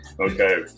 Okay